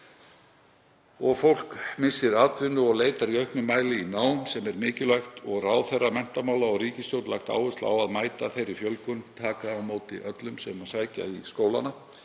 og fólk missir atvinnu og leitar í auknum mæli í nám sem er mikilvægt. Ráðherra menntamála og ríkisstjórnin hafa lagt áherslu á að mæta þeirri fjölgun og taka á móti öllum sem sækja í skólana.